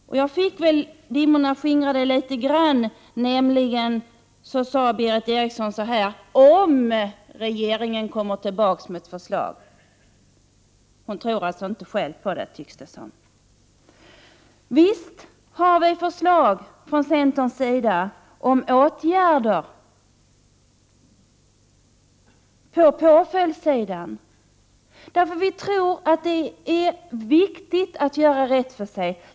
Litet grand fick jag väl dimmorna skingrade. Berith Eriksson sade nämligen: ”Om ——— regeringen kommer tillbaks med ett förslag ——-”. Hon tror alltså inte själv på det, tycks det. Visst har vi från centerpartiets sida förslag om åtgärder på påföljdssidan. Vi tror nämligen att det är viktigt att göra rätt för sig.